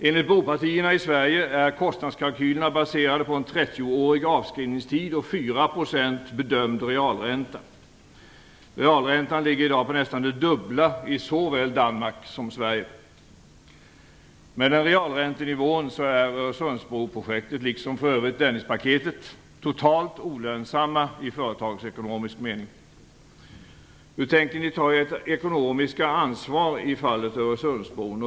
Enligt bropartierna i Sverige är kostnadskalkylerna baserade på en 30-årig avskrivningstid och 4 % bedömd realränta. Realräntan ligger i dag på nästan det dubbla i såväl Danmark som Sverige. Med den realräntenivån är Öresundsbroprojektet liksom för övrigt Dennispaketet totalt olönsamt i företagsekonomisk mening. Hur tänker ni ta ert ekonomiska ansvar i fallet Öresundsbron?